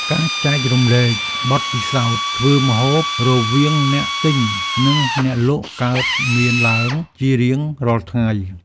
ការចែករំលែកបទពិសោធន៍ធ្វើម្ហូបរវាងអ្នកទិញ និងអ្នកលក់កើតមានឡើងជារៀងរាល់ថ្ងៃ។